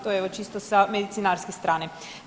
To je evo čisto sa medicinarske strane.